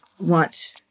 want